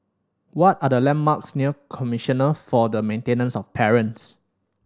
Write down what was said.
what are the landmarks near Commissioner for the Maintenance of Parents